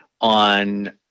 on